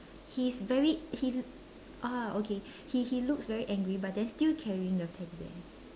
he's very he's ah okay he he looks very angry but then still carrying the teddy bear